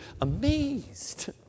amazed